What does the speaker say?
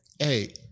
Hey